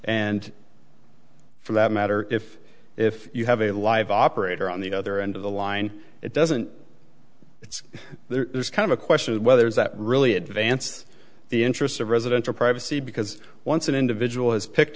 and for that matter if if you have a live operator on the other end of the line it doesn't it's there's kind of a question whether that really advance the interests of residents or privacy because once an individual has picked